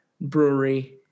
brewery